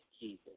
Jesus